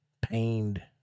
pained